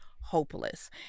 hopeless